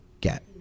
get